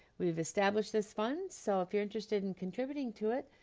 we've established this fund so if you're interested in contributing to it,